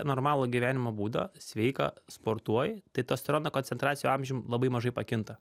normalų gyvenimo būdą sveiką sportuoji tai testosterono koncentracija amžium labai mažai pakinta